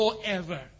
forever